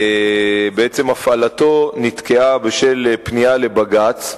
בעצם הפעלתו נתקעה בשל פנייה לבג"ץ.